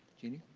jeannie?